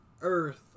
Earth